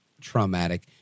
traumatic